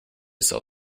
sell